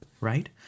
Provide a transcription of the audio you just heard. right